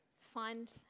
find